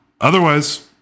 otherwise